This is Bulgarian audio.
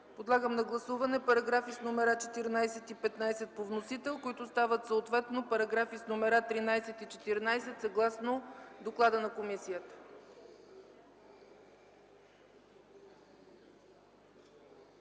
Подлагам на гласуване параграфи 14 и 15 по вносител, които стават съответно параграфи 13 и 14, съгласно доклада на комисията.